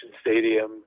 Stadium